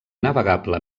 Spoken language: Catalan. navegable